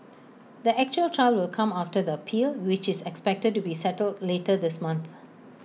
the actual trial will come after the appeal which is expected to be settled later this month